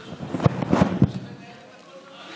יענק'ל, אפשר לנהל את הכול גם,